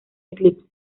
eclipse